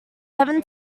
seven